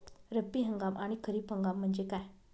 रब्बी हंगाम आणि खरीप हंगाम म्हणजे काय?